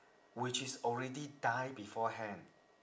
which is already die beforehand